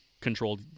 controlled